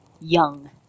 young